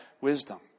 wisdom